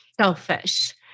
selfish